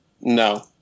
No